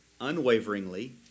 unwaveringly